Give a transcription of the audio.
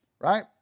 right